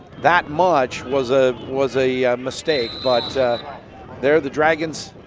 that much was ah was a mistake. but there the dragons